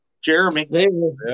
Jeremy